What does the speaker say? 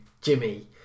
Jimmy